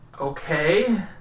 okay